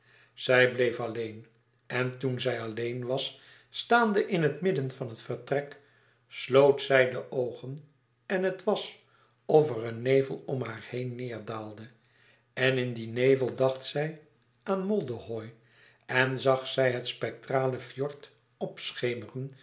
zij bleef alleen en toen zij alleen was staande in het midden van het vertrek sloot zij de oogen en het was of er een nevel om haar neêrdaalde en in dien nevel dacht zij aan moldehoï en zag zij het spectrale fjord